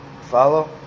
follow